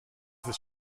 ist